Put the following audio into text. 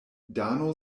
dano